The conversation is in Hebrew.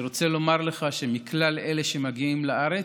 אני רוצה לומר לך שמכלל אלה שמגיעים לארץ,